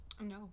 No